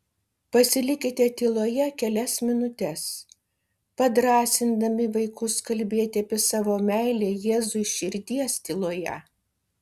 pasilikite tyloje kelias minutes padrąsindami vaikus kalbėti apie savo meilę jėzui širdies tyloje